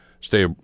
stay